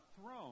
throne